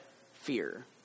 fear